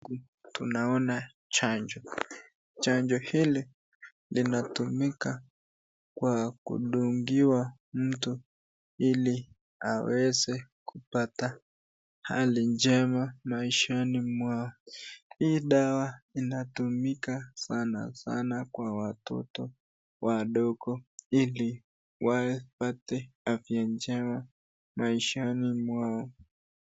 Tunaona chanjo. Chanjo hili, linatumika kwa kudungiwa mtu, ili aweze kupata hali njema maishani mwao. Hii dawa inatumika sana sana kwa watoto wadogo ili wapata afya njema maishani mwao.